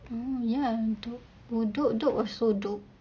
oh ya dope oh do~ dope was so dope